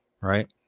right